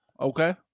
Okay